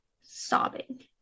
sobbing